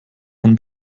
von